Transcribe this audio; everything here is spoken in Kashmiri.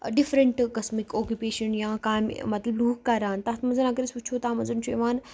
ڈِفرَنٹ قٕسمٕکۍ آوکِپیشَن یا کامہِ مَطلب لوٗکھ کَران تَتھ منٛز اگر أسۍ وٕچھو تَتھ منٛز چھُ اِوان